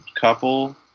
couple